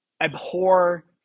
abhor